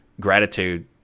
gratitude